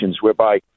whereby